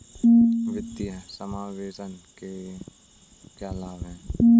वित्तीय समावेशन के क्या लाभ हैं?